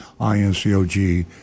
I-N-C-O-G